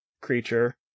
creature